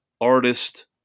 artist